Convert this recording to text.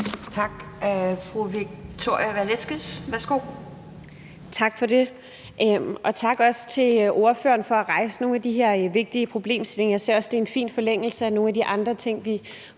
11:57 Victoria Velasquez (EL): Tak for det. Også tak til ordføreren for at rejse nogle af de her vigtige problemstillinger. Jeg synes også, at det ligger i fin forlængelse af nogle af de andre ting, vi